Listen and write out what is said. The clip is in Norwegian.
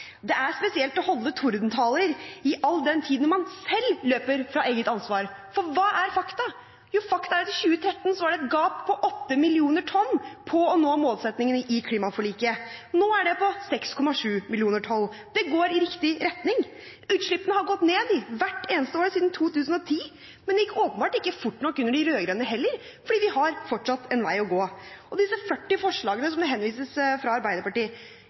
Det er spesielt å holde tordentaler all den tid en selv løper fra eget ansvar. For hva er fakta? Jo, fakta er at i 2013 var det et gap på 8 mill. tonn på å nå målsettingene i klimaforliket. Nå er det på 6,7 mill. tonn. Det går i riktig retning. Utslippene har gått ned hvert eneste år siden 2010, men det gikk åpenbart ikke fort nok under de rød-grønne heller, for vi har fortsatt en vei å gå. Når det gjelder disse 40 forslagene som det henvises til fra Arbeiderpartiet,